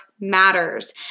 matters